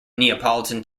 neapolitan